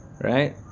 Right